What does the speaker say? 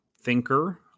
thinker